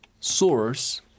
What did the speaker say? source